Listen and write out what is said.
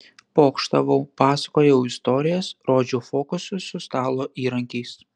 pokštavau pasakojau istorijas rodžiau fokusus su stalo įrankiais